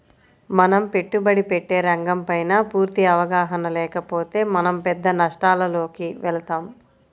మనం పెట్టుబడి పెట్టే రంగంపైన పూర్తి అవగాహన లేకపోతే మనం పెద్ద నష్టాలలోకి వెళతాం